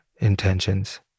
intentions